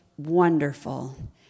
wonderful